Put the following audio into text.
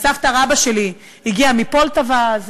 סבתא רבתא שלי הגיעה מפולטבה,